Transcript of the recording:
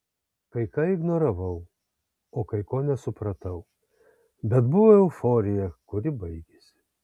kai ką ignoravau o kai ko nesupratau bet buvo euforija kuri baigėsi